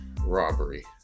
robbery